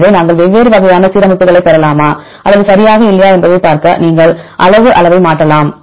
எனவே நாங்கள் வெவ்வேறு வகையான சீரமைப்புகளைப் பெறலாமா அல்லது சரியாக இல்லையா என்பதைப் பார்க்க நீங்கள் அளவு அளவை மாற்றலாம்